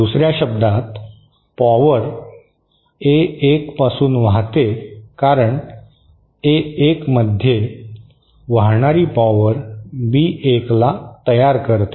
दुसर्या शब्दांत power A 1 पासून वाहते कारण ए 1 मध्ये वाहणारी पॉवर बी 1 ला तयार करते